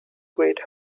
great